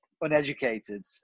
uneducated